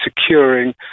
securing